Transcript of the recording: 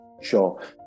Sure